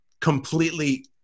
completely